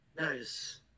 Nice